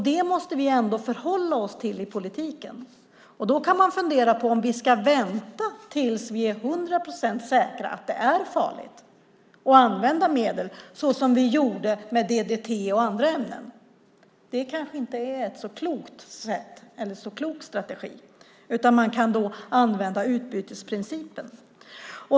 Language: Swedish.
Det måste vi ändå förhålla oss till i politiken. Då kan man fundera på om vi ska vänta tills vi är hundra procent säkra på att det är farligt och använda medlen, såsom vi gjorde med DDT och andra ämnen. Det kanske inte är en så klok strategi. Man kan använda utbytesprincipen.